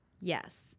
Yes